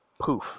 poof